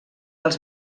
els